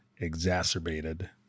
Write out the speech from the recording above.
exacerbated